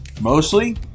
Mostly